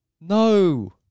No